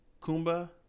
Kumba